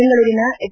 ಬೆಂಗಳೂರಿನ ಎಚ್